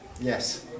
yes